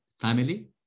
Family